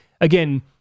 Again